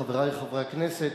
חברי חברי הכנסת,